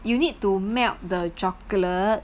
you need to melt the chocolate